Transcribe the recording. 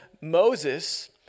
Moses